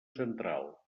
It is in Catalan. central